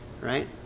Right